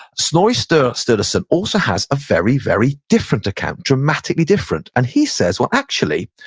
snorri sturluson also has a very, very, different account, dramatically different. and he says, well, actually,